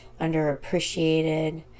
underappreciated